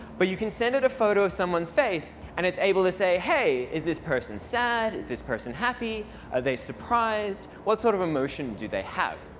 but you can send it a photo of someone's face and it's able to say, hey, is this person sad? is this person happy? are they surprised? what sort of emotion do they have?